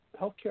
healthcare